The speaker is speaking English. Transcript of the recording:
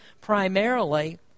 primarily